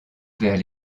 vers